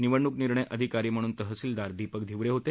निवडणूक निर्णय अधिकारी म्हणून तहसीलदार दीपक धिवरे होते